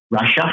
Russia